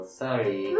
sorry